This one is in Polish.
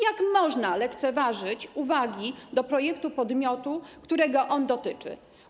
Jak można lekceważyć uwagi do projektu podmiotu, którego on dotyczy?